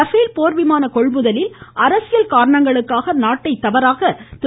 ்பேல் போர் விமான கொள்முதலில் அரசியல் காரணங்களுக்காக நாட்டை தவறாக திரு